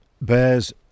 Bears